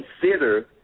consider